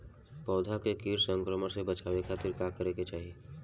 पौधा के कीट संक्रमण से बचावे खातिर का करे के चाहीं?